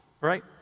right